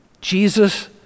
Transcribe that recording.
Jesus